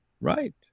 right